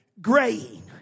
grain